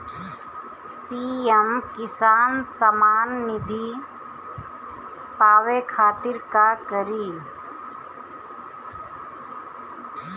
PM Kisan Samman Nidhi पावे खातिर का करी?